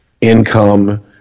income